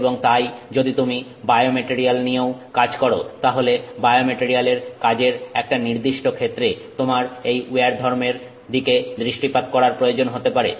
এবং তাই যদি তুমি বায়োমেটারিয়াল নিয়েও কাজ কর তাহলে বায়োমেটারিয়ালের কাজের একটা নির্দিষ্ট ক্ষেত্রে তোমার এই উইয়ার ধর্মের দিকে দৃষ্টিপাত করার প্রয়োজন হতে পারে